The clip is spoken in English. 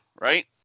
Right